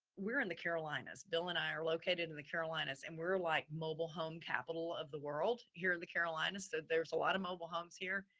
we're in the carolinas, bill and i are located in in the carolinas and we're like mobile home capital of the world here in the carolinas. so there's a lot of mobile homes here,